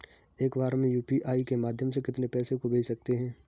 एक बार में यू.पी.आई के माध्यम से कितने पैसे को भेज सकते हैं?